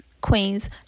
Queens